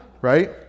right